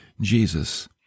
Jesus